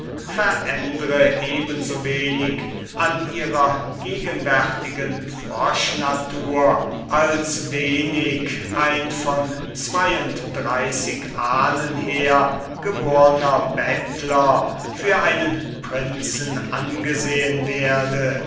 verändre eben so wenig an ihrer gegenwärtigen froschnatur als wenig ein von zwei und dreißig ahnen her geborner bettler für einen prinzen angesehen werde